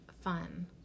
fun